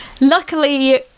Luckily